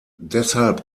deshalb